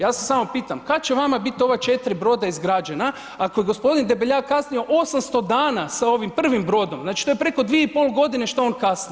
Ja se samo pitam kad će vama bit ova 4 broda izgrađena ako je g. Debeljak kasnio 800 dana sa ovim prvim brodom, znači to je preko 2,5.g. što on kasni.